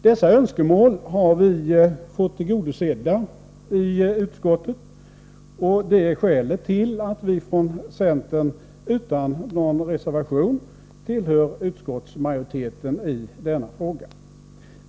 Dessa önskemål har vi fått tillgodosedda i utskottet. Det är skälet till att vi från centern utan någon reservation tillhör utskottsmajoriteten i denna fråga.